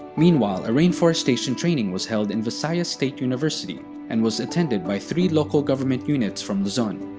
meanwhile, a rainforestation training was held in visayas state university and was attended by three local government units from luzon.